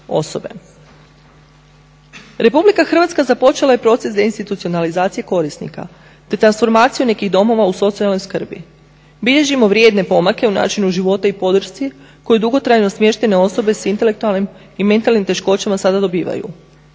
osobe. RH započela je proces deinstitucionalizacije korisnika te transformaciju nekih domova u socijalnoj skrbi. Bilježimo vrijedne pomake u načinu života i podršci koju dugotrajno smještene osobe s intelektualnim i mentalnim teškoćama sada dobivaju.